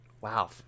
Wow